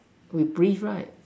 we breathe right